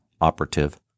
operative